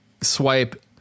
swipe